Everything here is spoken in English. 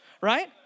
Right